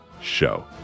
show